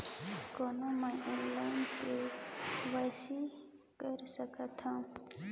कौन मैं online KYC कर सकथव?